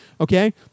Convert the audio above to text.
Okay